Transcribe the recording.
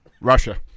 Russia